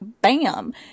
bam